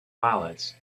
ballads